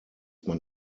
man